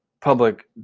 public